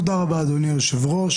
תודה רבה, אדוני היושב-ראש.